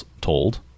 told